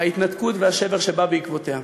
ההתנתקות והשבר שבא בעקבותיה,